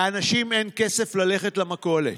לאנשים אין כסף ללכת למכולת,